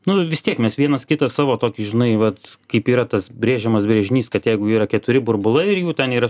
nu vis tiek mes vienas kitą savo tokį žinai vat kaip yra tas brėžiamas brėžinys kad jeigu yra keturi burbulai ir jų ten yra